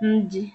mji.